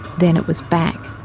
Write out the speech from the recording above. then it was back.